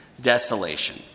desolation